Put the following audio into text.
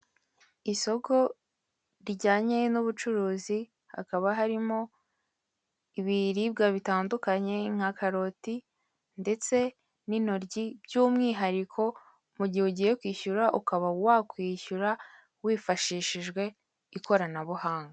Isoko rijyanye n'ubucuruzi hakaba harimo ibiribwa bitandukanye nka karoti ndetse n'intoryi by'umwihariko mu gihe ugiye kwishyura ukaba wakishyura ukoresheje ikoranabuhanga.